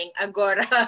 Agora